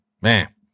man